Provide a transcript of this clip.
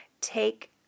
take